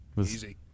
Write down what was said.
Easy